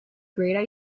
great